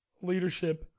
leadership